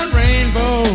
rainbow